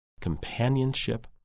companionship